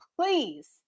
please